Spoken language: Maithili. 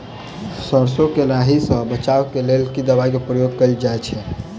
सैरसो केँ लाही सऽ बचाब केँ लेल केँ दवाई केँ प्रयोग कैल जाएँ छैय?